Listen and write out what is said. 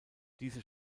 diese